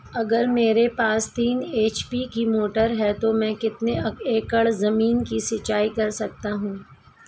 अगर मेरे पास तीन एच.पी की मोटर है तो मैं कितने एकड़ ज़मीन की सिंचाई कर सकता हूँ?